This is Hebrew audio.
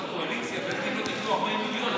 מהקואליציה אומר: אם לא תיתנו 40 מיליון,